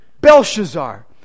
Belshazzar